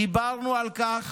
דיברנו על כך